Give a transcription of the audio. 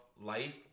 life